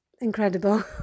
incredible